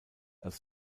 als